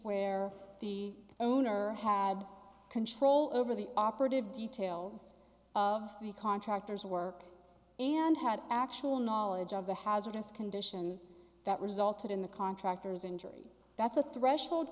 where the owner had control over the operative details of the contractor's work and had actual knowledge of the hazardous condition that resulted in the contractor's injury that's a threshold